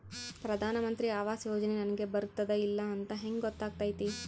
ಪ್ರಧಾನ ಮಂತ್ರಿ ಆವಾಸ್ ಯೋಜನೆ ನನಗ ಬರುತ್ತದ ಇಲ್ಲ ಅಂತ ಹೆಂಗ್ ಗೊತ್ತಾಗತೈತಿ?